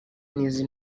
n’izi